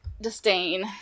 disdain